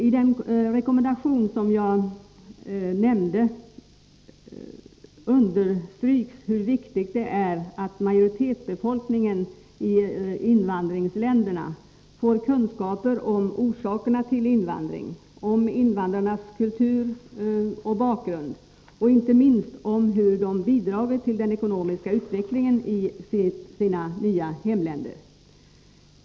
I den rekommendation som jag nämnde understryks hur viktigt det är att majoritetsbefolkningen i invandringsländerna får kunskaper om orsakerna till invandringen, om invandrarnas kultur och bakgrund, och inte minst om hur de bidragit till den ekonomiska utvecklingen i sina nya hemländer.